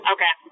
Okay